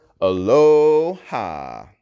Aloha